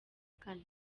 kane